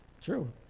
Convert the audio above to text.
True